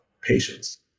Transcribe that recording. patients